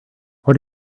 what